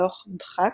בתוך 'דחק',